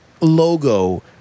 Logo